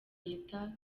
leta